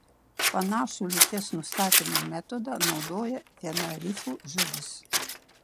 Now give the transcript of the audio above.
panašų lyties nustatymo metodą naudoja viena rifų žuvis